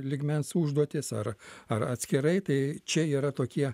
lygmens užduotis ar ar atskirai tai čia yra tokie